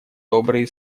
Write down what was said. добрые